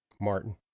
Martin